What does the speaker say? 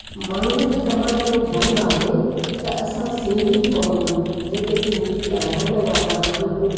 माण्हुनि खे तमामु इहो भ्रम आहे त असां सिंधी कॉम जेके सिंधी ॻाल्हाइण वारा आहियूं